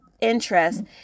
interest